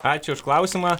ačiū už klausimą